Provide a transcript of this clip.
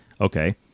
okay